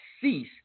cease